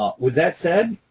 ah with that said,